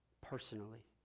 personally